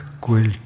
quilt